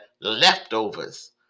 leftovers